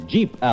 Jeep